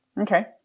Okay